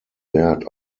wert